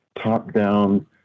top-down